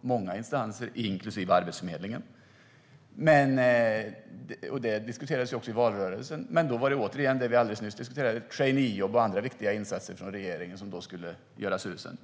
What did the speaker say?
Många instanser - inklusive Arbetsförmedlingen - säger det också, och det diskuterades även i valrörelsen. Men då föreslog regeringen traineejobb och andra insatser som skulle göra susen.